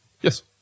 Yes